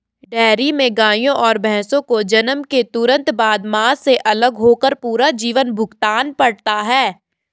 dairy में गायों और भैंसों को जन्म के तुरंत बाद, मां से अलग होकर पूरा जीवन भुगतना पड़ता है